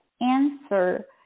answer